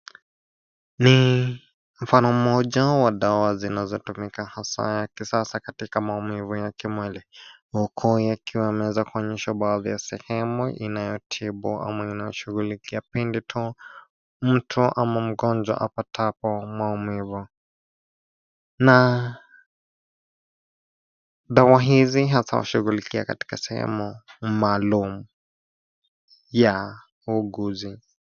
Ni mfano mmoja wa dawa zinazotumika hasa ya kisasa kaitka maumivu ya kimwili huku yakiwa yameweza kuonyeshwa baadhi ya sehemu inayotibu ama inayoshughulikia pindi tu mtu ama mgonjwa apatapo maumivu na dawa hizi hasa hushugulikia hasa katika sehemu maalum ya uuguzi.